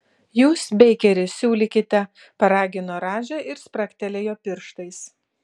jūs beikeri siūlykite paragino radža ir spragtelėjo pirštais